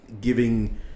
giving